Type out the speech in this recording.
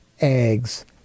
eggs